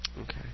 Okay